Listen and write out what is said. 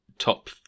top